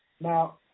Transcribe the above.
Now